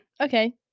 Okay